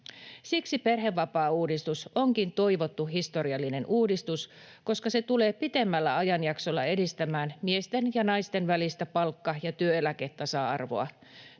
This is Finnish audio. Siksi perhevapaauudistus onkin toivottu historiallinen uudistus, koska se tulee pitemmällä ajanjaksolla edistämään miesten ja naisten välistä palkka- ja työeläketasa-arvoa.